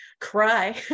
cry